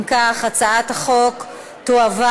אם כך, הצעת החוק תועבר